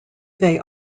they